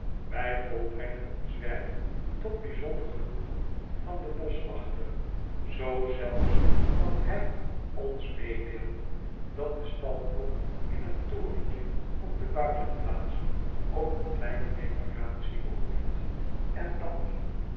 wh volbrengen ons werk tot bijzonder genoegen van den boschwachter zoo zelfs dat hjij ons meedeelt dat de stalklok in t torentje op de buitenplaats ook een kleine reparatie behoeft en dat